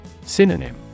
Synonym